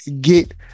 get